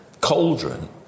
cauldron